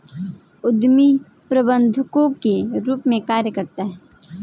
उद्यमी प्रबंधकों के रूप में कार्य करते हैं